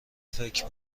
فکر